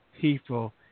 people